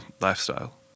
lifestyle